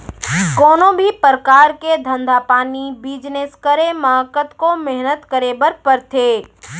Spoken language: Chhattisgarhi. कोनों भी परकार के धंधा पानी बिजनेस करे म कतको मेहनत करे बर परथे